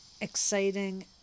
exciting